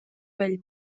vell